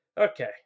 Okay